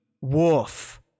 wolf